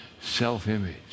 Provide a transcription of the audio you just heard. self-image